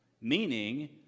meaning